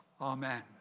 Amen